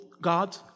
God